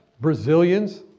Brazilians